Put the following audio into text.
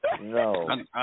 No